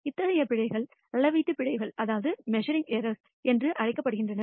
இத்தகைய பிழைகள் அளவீட்டு பிழைகள் என்று அழைக்கப்படுகின்றன